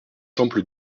temple